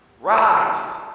rise